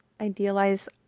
idealize